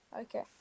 Okay